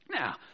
Now